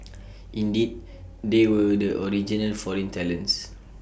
indeed they were the original foreign talents